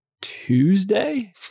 Tuesday